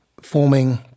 forming